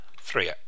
Three